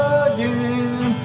again